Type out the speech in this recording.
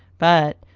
but,